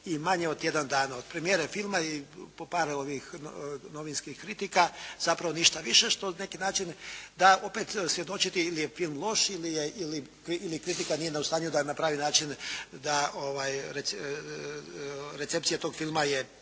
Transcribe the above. i manje od tjedan dana, od premijere filma i po par novinskih kritika zapravo ništa više što na neki način da opet svjedočiti ili je film loš ili kritika nije u stanju da na pravi način recepcija tog filma je